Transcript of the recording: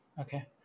Okay